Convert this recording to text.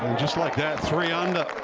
just like that, three ah and